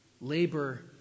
labor